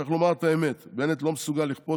צריך לומר את האמת: בנט לא מסוגל לכפות